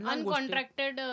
Uncontracted